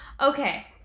Okay